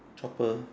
chopper